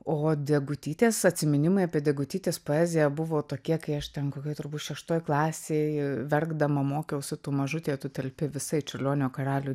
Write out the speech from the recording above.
o degutytės atsiminimai apie degutytės poeziją buvo tokie kai aš ten kokioj turbūt šeštoj klasėj verkdama mokiausi tu mažutė tu telpi visa į čiurlionio karalių